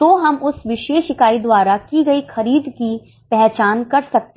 तो हम उस विशेष इकाई द्वारा की गई खरीद की पहचान कर सकते हैं